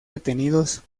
detenidos